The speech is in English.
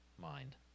mind